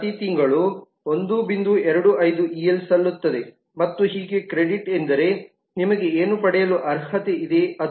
25 EL ಗೆ ಸಲ್ಲುತ್ತದೆ ಮತ್ತು ಹೀಗೆ ಕ್ರೆಡಿಟ್ ಎಂದರೆ ನಿಮಗೆ ಏನು ಪಡೆಯಲು ಅರ್ಹತೆ ಇದೆ ಅದು